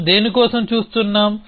మనం దేని కోసం చూస్తున్నాం